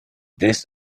this